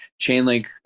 Chainlink